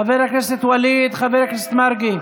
חבר הכנסת ווליד, חבר הכנסת מרגי,